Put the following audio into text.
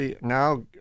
now